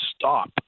stop